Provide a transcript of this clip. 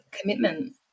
commitment